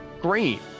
green